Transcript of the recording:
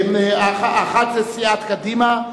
אחת היא סיעת קדימה,